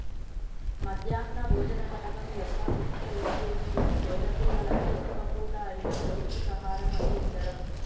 మధ్యాహ్న భోజన పథకం యొక్క ముఖ్య ఉద్దేశ్యం పేద పిల్లలకు ఒక్క పూట అయిన పౌష్టికాహారం అందిచడం